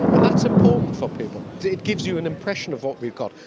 and that's important for people. it gives you an impression of what we've got,